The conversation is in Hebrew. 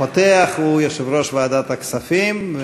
הפותח הוא יושב-ראש ועדת הכספים,